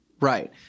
Right